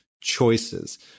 choices